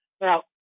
Now